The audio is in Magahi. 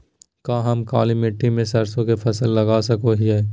का हम काली मिट्टी में सरसों के फसल लगा सको हीयय?